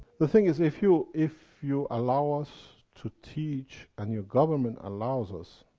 the thing is, if you if you allow us to teach, and your government allows us,